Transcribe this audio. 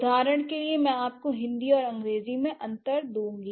उदाहरण के लिए मैं आपको हिंदी और अंग्रेजी में अंतर दूंगी